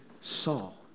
Saul